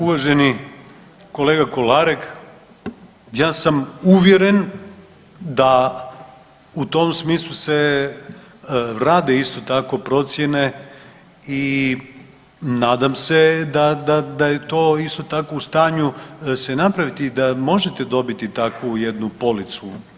Uvaženi kolega Kolarek, ja sam uvjeren da u tom smislu se rade isto tako procjene i nadam se da je to isto tako se u stanju napraviti i da možete dobiti takvu jednu policu.